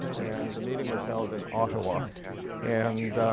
and the meeting was held in ottawa and